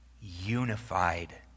unified